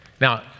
now